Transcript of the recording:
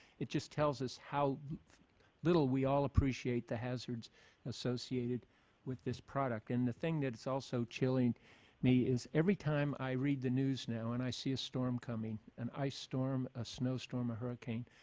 it just tells us how little we all appreciate the hazards associated with this product. and the thing that is also chilling me is every time i read the news now and i see a storm coming, an ice storm, a snow storm, a hurricane,